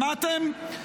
שמעתם?